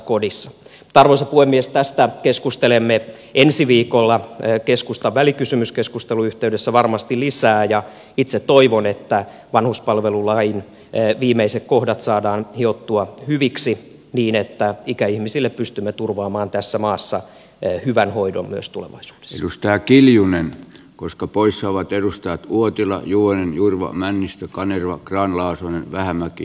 mutta arvoisa puhemies tästä keskustelemme ensi viikolla keskustan välikysymyskeskustelun yhteydessä varmasti lisää ja itse toivon että vanhuspalvelulain viimeiset kohdat saadaan hiottua hyviksi niin että ikäihmisille pystymme turvaamaan tässä maassa hyvän hoidon myös tuomas sisältää kiljunen koska pois saavat edustaa nuotilla juonen jurva männistö kannerocraan lausunnon tulevaisuudessa